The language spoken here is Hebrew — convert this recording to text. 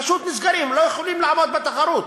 פשוט נסגרים, הם לא יכולים לעמוד בתחרות.